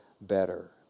better